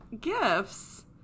gifts